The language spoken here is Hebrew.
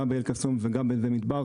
אנחנו תומכים גם באל קסום וגם בנווה מדבר.